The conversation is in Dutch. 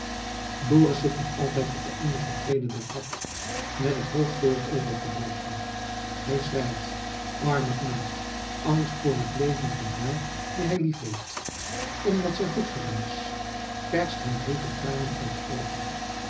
dorus zit nog altijd op de onderste trede der trap met het hoofd voorovergebogen hij schreit arme knaap angst voor het leven van haar die hij liefheeft omdat zij goed voor hem is perst hem heete tranen uit de oogen